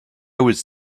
was